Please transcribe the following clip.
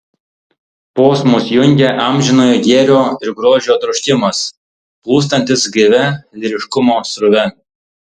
posmus jungia amžinojo gėrio ir grožio troškimas plūstantis gaivia lyriškumo srove